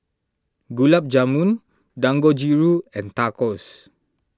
Gulab Jamun Dangojiru and Tacos